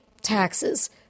taxes